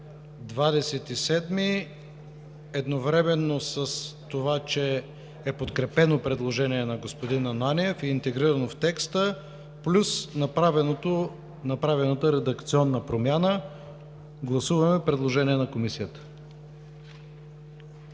27, едновременно с това, че е подкрепено предложението на господин Ананиев и интегрирано в текста, плюс направената редакционна промяна. Гласуваме предложението на Комисията.